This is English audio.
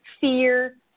fear